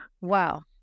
Wow